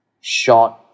short